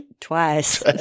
Twice